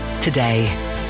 today